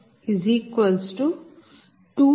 857159